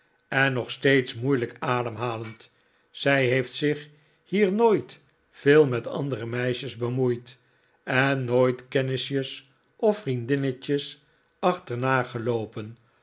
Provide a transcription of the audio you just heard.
en nog steeds moeilijk ademhalend zij heeft zich hier nooit veel met andere meisjes bemoeid en nooit kennisjes of vriendinnetjes achterna geloopen